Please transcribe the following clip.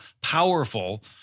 powerful